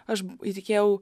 aš įtikėjau